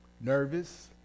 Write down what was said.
nervous